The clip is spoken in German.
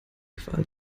qual